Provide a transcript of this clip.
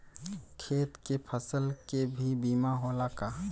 खेत के फसल के भी बीमा होला का?